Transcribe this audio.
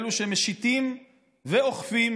אלו שמשיתים ואוכפים,